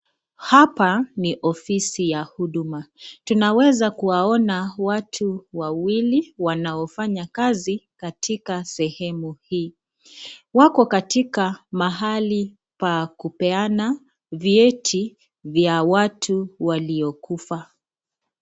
Hapa ni ofisi ya huduma, tunaweza kuwaona watu wawili wanaofanya kazi katika sehemu hii. Wako katika mahali pa kupeana vyeti vya watu waliokufa.